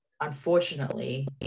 unfortunately